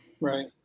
Right